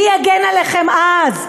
מי יגן עליכם אז?